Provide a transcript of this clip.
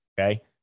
okay